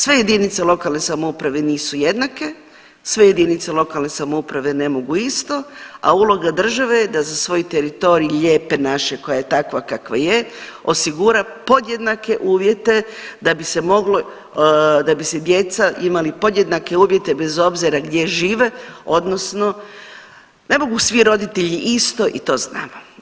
Sve jedinice lokalne samouprave nisu jednake, sve jedinice lokalne samouprave ne mogu isto, a uloga države je da za svoj teritorij Lijepe naše koja je takva kakva je osigura podjednake uvjete, da bi se djeca imali podjednake uvjete bez obzira gdje žive, odnosno ne mogu svi roditelji isto i to znamo.